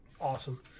awesome